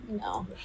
no